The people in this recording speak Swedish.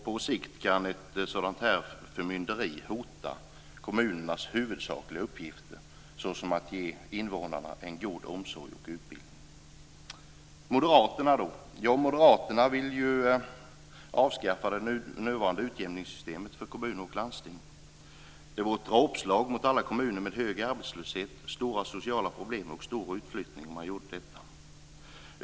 På sikt kan ett sådant förmynderi hota kommunernas huvudsakliga uppgifter, t.ex. att ge invånarna en god omsorg och utbildning. Moderaterna vill avskaffa det nuvarande utjämningssystemet för kommuner och landsting. Det skulle vara ett dråpslag mot alla kommuner med hög arbetslöshet, stora sociala problem och stor utflyttning.